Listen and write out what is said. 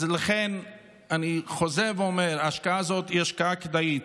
לכן אני חוזר ואומר: ההשקעה הזאת היא השקעה כדאית.